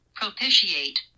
propitiate